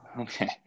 Okay